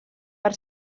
per